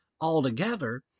altogether